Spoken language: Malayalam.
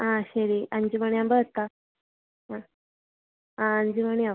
ആ ശരി അഞ്ച് മണി ആവുമ്പോൾ എത്താം ആ ആ അഞ്ച് മണി ആവും